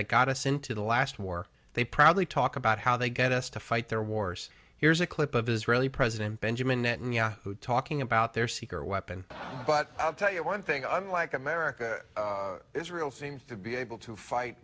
that got us into the last war they proudly talk about how they get us to fight their wars here's a clip of israeli president benjamin netanyahu talking about their secret weapon but i'll tell you one thing unlike america israel seems to be able to fight